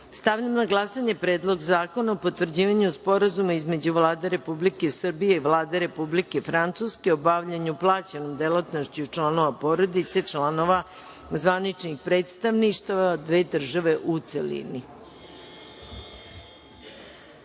zakona. Stavljam na glasanje Predlog zakona o potvrđivanju Sporazuma između Vlade Republike Srbije i Vlade Republike Francuske o bavljenju plaćenom delatnošću članova porodice članova zvaničnih predstavništava dve države, u